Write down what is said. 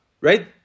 Right